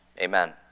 Amen